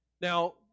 Now